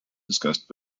discussed